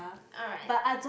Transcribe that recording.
alright